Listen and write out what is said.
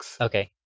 Okay